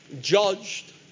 judged